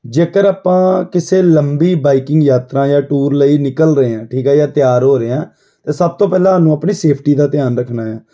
ਜੇਕਰ ਆਪਾਂ ਕਿਸੇ ਲੰਬੀ ਬਾਈਕਿੰਗ ਯਾਤਰਾ ਜਾਂ ਟੂਰ ਲਈ ਨਿਕਲ ਰਹੇ ਹਾਂ ਠੀਕ ਆ ਜਾਂ ਤਿਆਰ ਹੋ ਰਹੇ ਹਾਂ ਤਾਂ ਸਭ ਤੋਂ ਪਹਿਲਾਂ ਹਾਨੂੰ ਆਪਣੀ ਸੇਫਟੀ ਦਾ ਧਿਆਨ ਰੱਖਣਾ ਆ